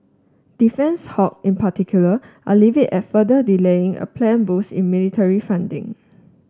defence hawk in particular are livid at further delaying a planned boost in military funding